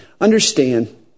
understand